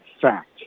fact